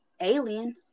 Alien